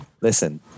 listen